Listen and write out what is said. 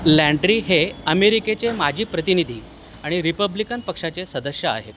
लँड्री हे अमेरिकेचे माजी प्रतिनिधी आणि रिपब्लिकन पक्षाचे सदस्य आहेत